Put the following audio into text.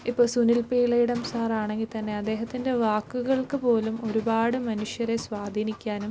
ഇപ്പം Sunil P Ilayidam sir ആണെങ്കിൽതന്നെ അദ്ദേഹത്തിൻ്റെ വാക്കുകൾക്ക് പോലും ഒരുപാട് മനുഷ്യരെ സ്വാധീനിക്കാനും